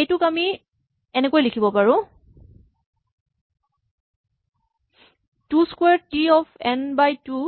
এইটোক আমি এনেকৈ লিখিব পাৰো two square T of N by two